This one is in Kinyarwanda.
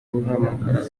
guhanahana